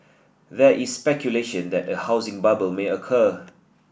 there is speculation that a housing bubble may occur